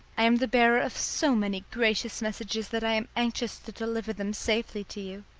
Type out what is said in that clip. i am the bearer of so many gracious messages that i am anxious to deliver them safely to you.